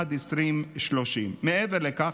עד לשנת 2030. מעבר לכך,